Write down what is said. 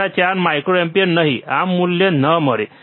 ઓછા 4 માઇક્રોએમ્પીયર નહીં આ મૂલ્ય ન મળે